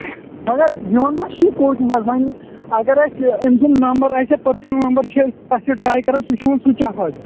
مگر یِوان ما چھُ یہِ کوچِنٛگ اگر أسۍ أمۍ سُنٛد نَمبر آسہِ ہا پٔرسٕنَل نَمبر چھ أمۍ سُنٛد تَتھ چھِ ٹراے کَران سُہ چھُ یِوان سُچ آف حظ